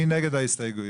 3. מי נגד ההסתייגויות?